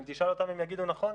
אם תשאל אותם הם יגידו, נכון,